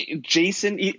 Jason